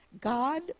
God